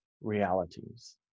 realities